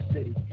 City